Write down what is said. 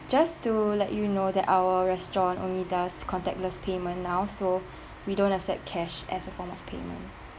just to let you know that our restaurant only does contactless payment now so we don't accept cash as a form of payment